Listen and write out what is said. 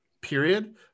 period